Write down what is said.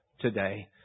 today